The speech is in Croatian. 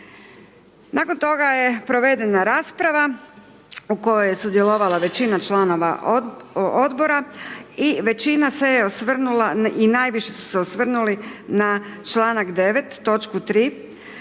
Nakon toga je provedena rasprava u kojoj je sudjelovala većina članova odbora i većina se je osvrnula i najviše su se osvrnuli na članak 9.